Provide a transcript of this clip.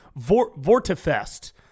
Vortifest